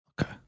Okay